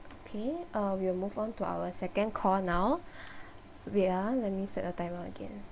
okay uh we'll move on to our second call now wait ah let me set the timer again